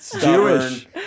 Jewish